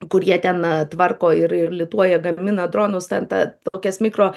kur jie ten tvarko ir ir lituoja gamina dronus ten ta tokias mikro